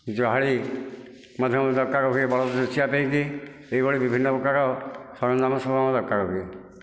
ଜୁଆଳି ମଝିରେ ମଝିରେ ଦରକାର ହୁଏ ବଳଦ ଯୋଚିବା ପାଇଁକି ଏହିଭଳି ବିଭିନ୍ନ ପ୍ରକାରର ସରଞ୍ଜାମ ସବୁ ଆମର ଦରକାର ହୁଏ